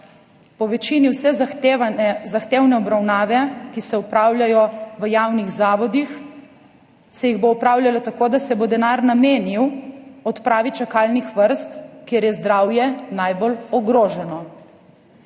po večini vse zahtevne obravnave, ki se opravljajo v javnih zavodih, opravljalo tako, da se bo denar namenil odpravi čakalnih vrst, kjer je zdravje najbolj ogroženo.